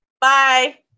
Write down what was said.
Bye